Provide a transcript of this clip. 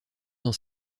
dans